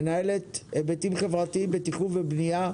מנהלת היבטים חברתיים בתכנון ובנייה,